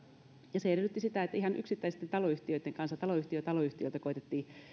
ja se edellytti sitä että ihan yksittäisten taloyhtiöitten kanssa taloyhtiö taloyhtiöltä koetettiin